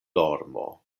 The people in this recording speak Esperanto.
dormo